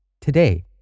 Today